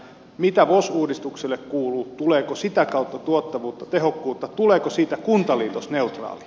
mitä vos uudistukselle kuuluu tuleeko sitä kautta tuottavuutta tehokkuutta tuleeko siitä kuntaliitosneutraali